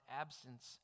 absence